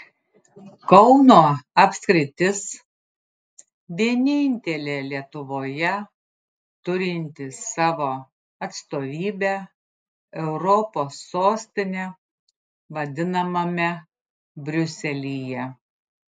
kauno apskritis vienintelė lietuvoje turinti savo atstovybę europos sostine vadinamame briuselyje